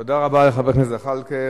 תודה רבה לחבר הכנסת זחאלקה.